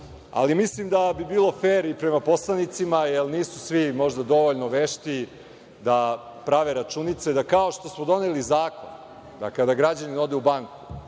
ali mislim da bi bilo fer i prema poslanicima, jer nisu svi možda dole vešti da prave računice, kao što smo doneli zakon da kada građanin ode u banku,